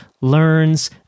learns